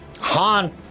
Han